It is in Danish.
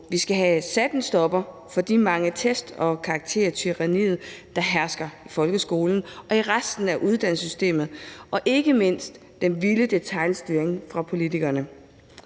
Vi skal have sat en stopper for de mange test og for karaktertyranniet, der hersker i folkeskolen og i resten af uddannelsessystemet, og ikke mindst den vilde detailstyring fra politikernes